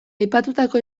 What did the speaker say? aipatutako